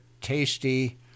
tasty